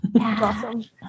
Awesome